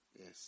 Yes